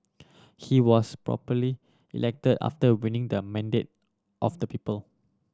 he was popularly elected after winning the mandate of the people